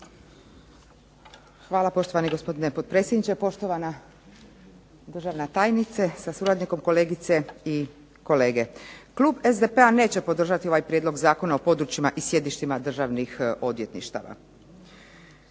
Hvala poštovani gospodine potpredsjedniče, poštovana državna tajnice sa suradnikom, kolegice i kolege. Klub SDP-a neće podržati ovaj prijedlog Zakona o područjima i sjedištima državnih odvjetništava.